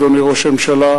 אדוני ראש הממשלה,